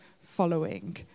following